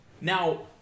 Now